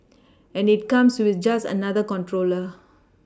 and it comes with just another controller